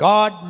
God